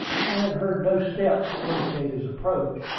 i had heard no step to indicate his approach,